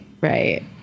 right